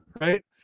right